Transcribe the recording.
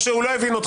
הוא לא הבין.